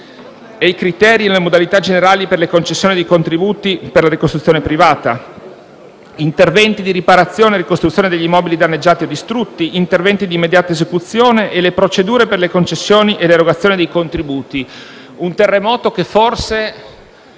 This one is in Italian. i criteri e le modalità generali per la concessione di contributi per la ricostruzione privata; interventi di riparazione e ricostruzione degli immobili danneggiati o distrutti; interventi di immediata esecuzione e le procedure per le concessioni ed erogazioni dei contributi. Si tratta di un terremoto che forse